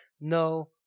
no